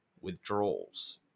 withdrawals